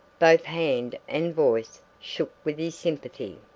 both hand and voice shook with his sympathy.